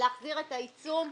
להחזיר את העיצום לגמ"ח,